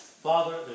Father